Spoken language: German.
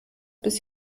bis